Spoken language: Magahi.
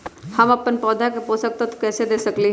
हम अपन पौधा के पोषक तत्व कैसे दे सकली ह?